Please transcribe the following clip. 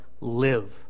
Live